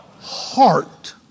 heart